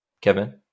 Kevin